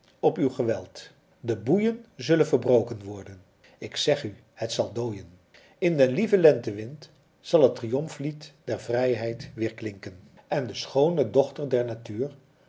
op uw geweld de boeien zullen verbroken worden ik zeg u het zal dooien in den lieven lentewind zal het triomflied der vrijheid weerklinken en de schoone dochter der natuur